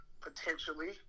potentially